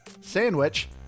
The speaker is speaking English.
Sandwich